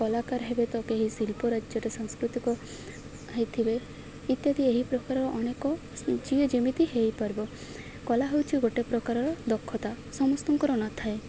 କଳାକାର ହେବେ ତ କେହି ଶିଳ୍ପ ରାଜ୍ୟରେ ସାଂସ୍କୃତିକ ହେଇଥିବେ ଇତ୍ୟାଦି ଏହି ପ୍ରକାରର ଅନେକ ଯିଏ ଯେମିତି ହେଇପାରିବ କଳା ହେଉଛିି ଗୋଟେ ପ୍ରକାରର ଦକ୍ଷତା ସମସ୍ତଙ୍କର ନଥାଏ